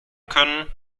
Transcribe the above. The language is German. können